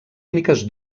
úniques